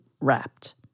wrapped